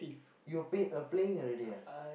you're p~ uh playing already ah